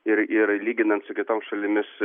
ir ir lyginant su kitom šalimis